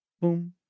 Boom